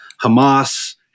Hamas